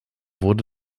wurde